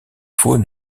faut